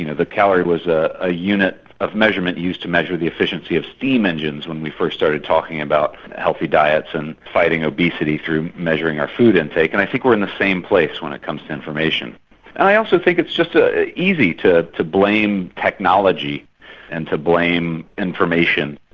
you know the calorie was a ah unit of measurement used to measure the efficiency of steam engines when we first started talking about healthy diets and fighting obesity through measuring our food intake, and i think we're in the same place when it comes to information. and i also think it's just ah easy to to blame technology and to blame information,